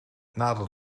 nadat